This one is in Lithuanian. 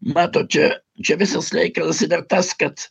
matot čia čia visas reikalas tas kad